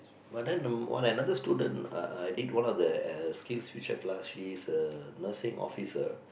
but then wh~ another student uh did one of the a skills future class she's a nursing officer